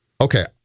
Okay